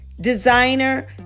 designer